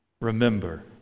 Remember